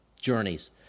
journeys